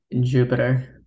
Jupiter